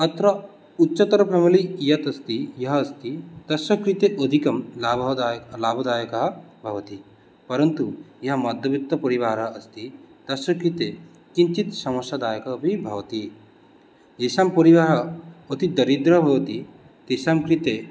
अत्र उच्चतरप्रवलिः या अस्ति यः अस्ति तस्य कृते अधिकं लाभदायकः लाभदायकः भवति परन्तु यः मध्यवित्तपरिवारः अस्ति तस्य कृते किञ्चित् समस्यादायकः अपि भवति येषां परिवारः अतिदरिद्रः भवति तेषां कृते